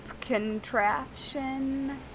contraption